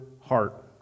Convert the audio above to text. heart